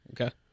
Okay